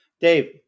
Dave